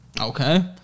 Okay